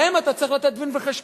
להם אתה צריך לתת דין-וחשבון.